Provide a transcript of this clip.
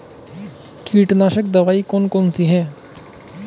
कीटनाशक दवाई कौन कौन सी हैं?